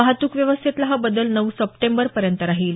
वाहतूक व्यवस्थेतला हा बदल नऊ सप्टेंबरपर्यंत राहील